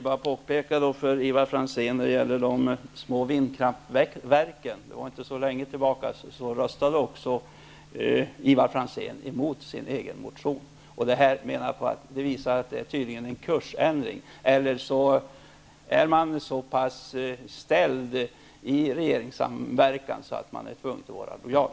Herr talman! När det gäller de små vindkraftverken vill jag bara påpeka för Ivar Franzén att det inte var så länge sedan som han röstade mot sin egen motion. Det här visar att det tydligen har skett en kursändring, eller också är man så pass ställd i regeringssamverkan att man är tvungen att vara lojal.